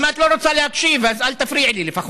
אם את לא רוצה להקשיב, אז אל תפריעי לי לפחות.